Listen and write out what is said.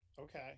okay